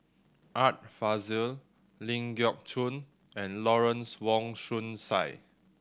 Art Fazil Ling Geok Choon and Lawrence Wong Shyun Tsai